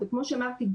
וכמו שאמרתי,